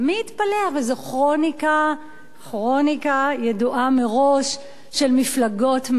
אבל זאת כרוניקה ידועה מראש של מפלגות מרכז.